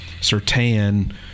Sertan